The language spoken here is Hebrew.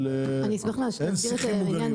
אבל, אין שיחים מוגנים.